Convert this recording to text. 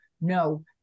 no